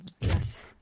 Yes